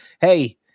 Hey